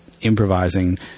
improvising